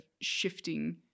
shifting